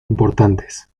importantes